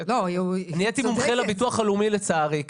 נהייתי מומחה לביטוח הלאומי לצערי.